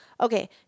Okay